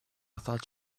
thought